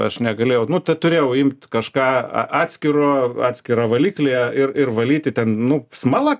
aš negalėjau nu turėjau imt kažką atskiro atskirą valiklį ir valyti ten nu smala kažkokia prilipus buvo